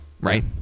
right